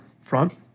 front